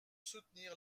soutenir